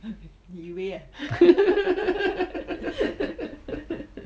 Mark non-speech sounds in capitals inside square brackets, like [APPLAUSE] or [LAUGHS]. [LAUGHS]